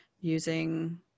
using